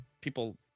people